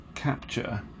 capture